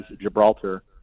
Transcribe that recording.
Gibraltar